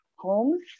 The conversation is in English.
Homes